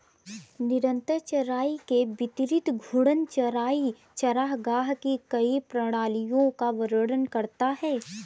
निरंतर चराई के विपरीत घूर्णन चराई चरागाह की कई प्रणालियों का वर्णन करता है